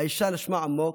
האישה נשמה עמוק,